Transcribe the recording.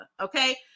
Okay